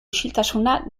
isiltasuna